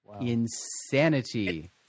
Insanity